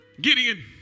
Gideon